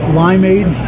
limeade